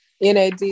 NAD